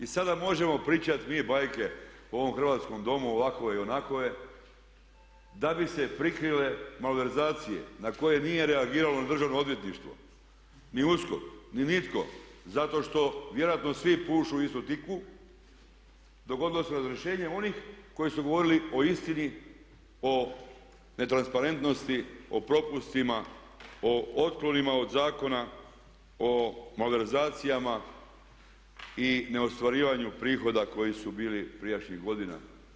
I sada možemo pričati mi bajke u ovom Hrvatskom domu ovakve i onakve da bi se prikrile malverzacije na koje nije reagiralo ni državno odvjetništvo ni USKOK, ni nitko zato što vjerojatno svi pušu u istu tikvu, dogodilo se razrješenje onih koji su govorili o istini, o netransparentnosti, o propustima, o otklonima od zakona, o malverzacijama i neostvarivanju prihoda koji su bili prijašnjih godina.